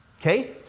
Okay